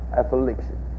affliction